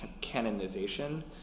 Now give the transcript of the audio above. canonization